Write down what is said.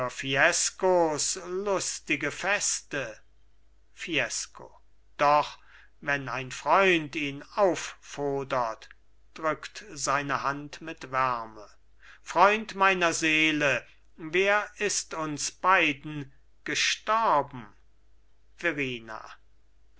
fiescos lustige feste fiesco doch wenn ein freund ihn auffordert drückt seine hand mit wärme freund meiner seele wer ist uns beiden gestorben